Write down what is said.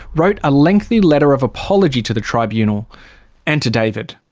wrote a lengthy letter of apology to the tribunal and to david.